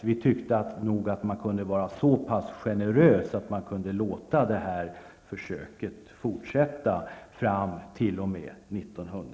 Vi tycker nog att man skulle kunna vara så generös att man låter försöket fortsätta t.o.m.